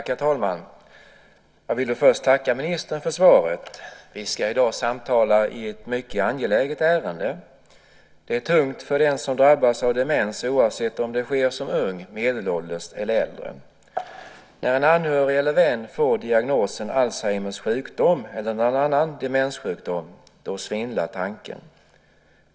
Herr talman! Jag vill först tacka ministern för svaret. Vi ska i dag samtala i ett mycket angeläget ärende. Det är tungt för den som drabbas av demens oavsett om det sker som ung, medelålders eller äldre. När en anhörig eller vän får diagnosen Alzheimers sjukdom eller någon annan demenssjukdom svindlar tanken.